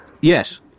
Yes